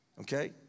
Okay